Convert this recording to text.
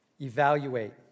evaluate